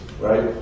right